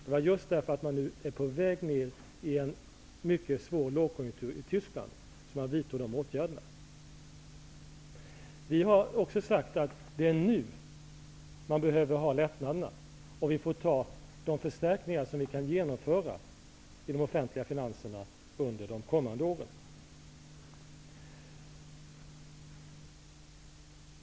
Det var just därför att Tyskland nu är på väg ned i en mycket svår lågkonjunktur som man vidtog de åtgärderna. Vi socialdemokrater har också sagt att det är nu man behöver lättnaderna, och att man får genomföra förstärkningarna av de offentliga finanserna under de kommande åren.